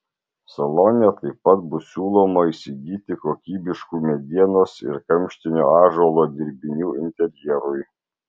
salone taip pat bus siūloma įsigyti kokybiškų medienos ir kamštinio ąžuolo dirbinių interjerui